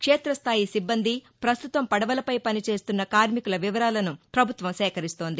క్షేతస్లాయి సిబ్బంది పస్తుతం పదవలపై పని చేస్తున్న కార్మికుల వివరాలను పభుత్వం సేకరిస్తోంది